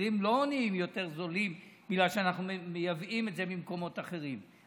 המחירים לא נהיים יותר נמוכים בגלל שאנחנו מייבאים את זה ממקומות אחרים,